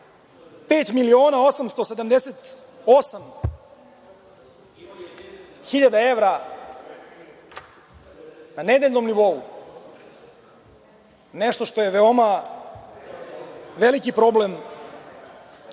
hiljada evra na nedeljnom nivou nešto što je veoma veliki problem,